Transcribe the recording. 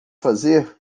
fazer